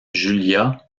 julia